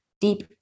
deep